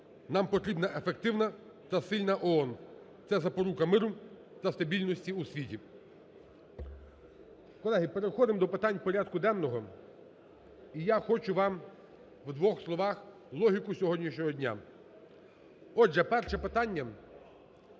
Нам потрібна ефективна та сильна ООН. Це запорука миру та стабільності у світі. Колеги, переходимо до питань порядку денного. І я хочу вам в двох словах логіку сьогоднішнього дня. Отже, перше питання –